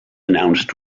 announced